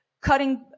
cutting